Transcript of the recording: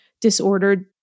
disordered